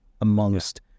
amongst